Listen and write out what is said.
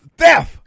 theft